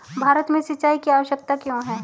भारत में सिंचाई की आवश्यकता क्यों है?